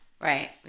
Right